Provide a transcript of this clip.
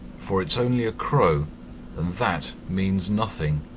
for it's only a crow and that means nothing.